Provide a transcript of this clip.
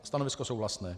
Stanovisko je souhlasné.